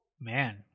man